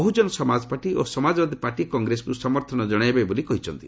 Bahujan Samaj party ଓ Samajwadi party କଂଗ୍ରେସକୁ ସମର୍ଥନ ଜଣାଇବେ ବୋଲି କହିଛନ୍ତି